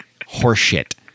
Horseshit